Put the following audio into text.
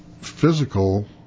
Physical